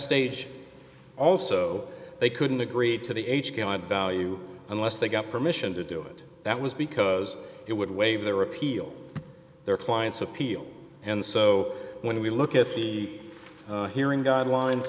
stage also they couldn't agree to the h d i value unless they got permission to do it that was because it would waive their appeal their client's appeal and so when we look at the hearing guidelines